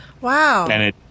wow